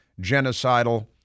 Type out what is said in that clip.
genocidal